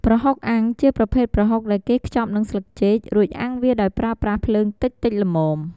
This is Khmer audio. ប្រហុកអាំង ជាប្រភេទប្រហុកដែលគេខ្ចប់នឹងស្លឹកចេក រួចអាំងវាដោយប្រើប្រាស់ភ្លើងតិចៗល្មម។